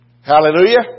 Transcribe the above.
Hallelujah